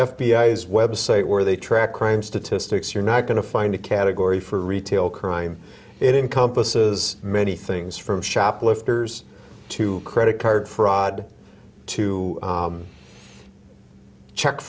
as website where they track crime statistics you're not going to find a category for retail crime it encompasses many things from shoplifters to credit card fraud to check